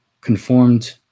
conformed